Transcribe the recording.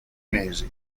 mesi